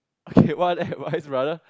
okay what that what's it brother